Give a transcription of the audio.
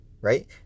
right